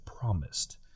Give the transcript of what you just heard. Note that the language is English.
promised